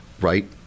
right